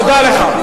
תודה רבה לך.